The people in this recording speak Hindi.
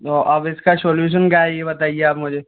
तो अब इसका शोल्यूसन क्या है ये बताइए आप मुझे